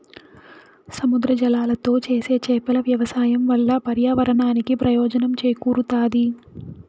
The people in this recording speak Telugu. సముద్ర జలాలతో చేసే చేపల వ్యవసాయం వల్ల పర్యావరణానికి ప్రయోజనం చేకూరుతాది